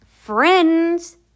Friends